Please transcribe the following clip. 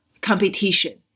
competition